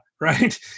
right